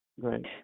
Great